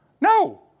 No